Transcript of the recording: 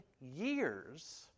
years